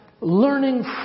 learning